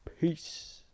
peace